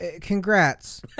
congrats